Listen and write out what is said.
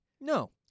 No